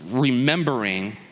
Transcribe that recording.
remembering